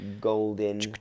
golden